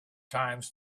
times